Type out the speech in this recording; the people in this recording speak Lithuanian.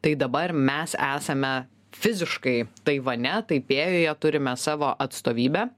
tai dabar mes esame fiziškai taivane taipėjuje turime savo atstovybę